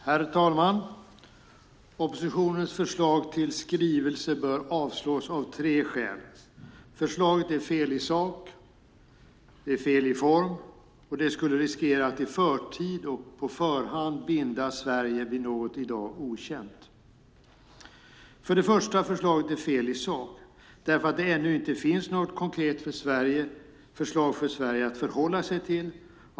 Herr talman! Oppositionens förslag till skrivelse bör avslås av tre skäl: Förslaget är fel i sak, det är fel i form, och det skulle riskera att i förtid och på förhand binda Sverige vid något i dag okänt. För det första är förslaget fel i sak därför att det ännu inte finns något konkret förslag för Sverige att förhålla sig till.